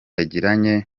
yagiranye